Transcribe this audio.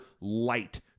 light